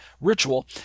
ritual